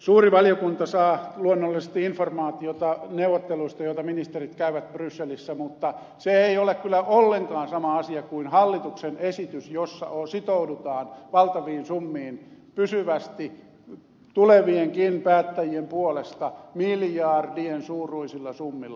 suuri valiokunta saa luonnollisesti informaatiota neuvotteluista joita ministerit käyvät brysselissä mutta se ei ole kyllä ollenkaan sama asia kuin hallituksen esitys jossa sitoudutaan valtaviin summiin pysyvästi tulevienkin päättäjien puolesta miljardien suuruisilla summilla